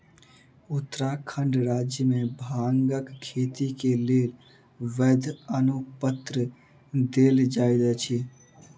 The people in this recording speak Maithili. उत्तराखंड राज्य मे भांगक खेती के लेल वैध अनुपत्र देल जाइत अछि